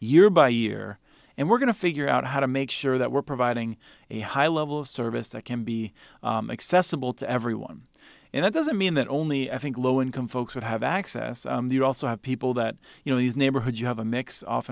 year by year and we're going to figure out how to make sure that we're providing a high level of service that can be accessible to everyone and that doesn't mean that only i think low income folks would have access also have people that you know his neighborhood you have a mix of